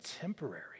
temporary